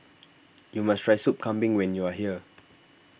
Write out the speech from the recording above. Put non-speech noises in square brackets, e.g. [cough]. you must try Sup Kambing when you are here [noise]